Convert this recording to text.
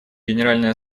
генеральной